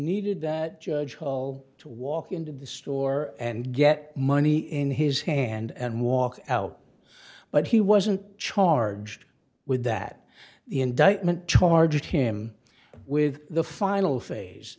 needed that judge hall to walk into the store and get money in his hand and walk out but he wasn't charged with that the indictment charged him with the final phase